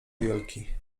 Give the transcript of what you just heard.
wielki